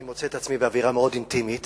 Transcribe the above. אני מוצא את עצמי באווירה מאוד אינטימית